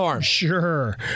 Sure